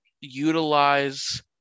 utilize